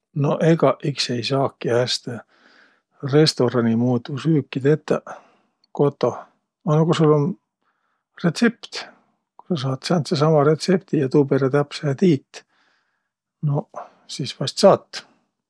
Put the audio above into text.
No egaq iks ei saaki häste restoraani muudu süüki tetäq kotoh. A no ku sul um retsept, ku sa saat sääntsesama retsepti ja tuu perrä täpsähe tiit, noq, sis vaest saat.